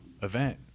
event